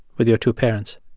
with your two parents?